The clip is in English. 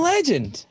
Legend